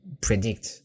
predict